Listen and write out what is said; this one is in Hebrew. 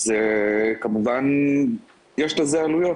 אז כמובן יש לזה עלויות